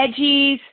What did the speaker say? veggies